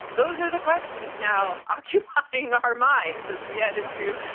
those are the questions now occupying our minds as we head into,